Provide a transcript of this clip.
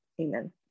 Amen